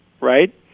right